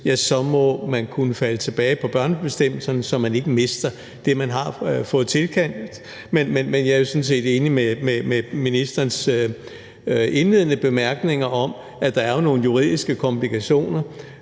lykkes, må man kunne falde tilbage på børnebestemmelserne, så man ikke mister det, man har fået tilkendt. Men jeg er sådan set enig i ministerens indledende bemærkninger om, at der jo er nogle juridiske komplikationer,